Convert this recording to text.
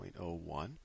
0.01